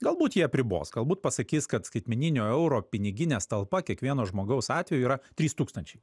galbūt jie apribos galbūt pasakys kad skaitmeninio euro piniginės talpa kiekvieno žmogaus atveju yra trys tūkstančiai